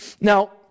Now